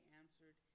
answered